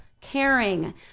caring